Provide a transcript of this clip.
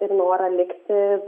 ir norą likti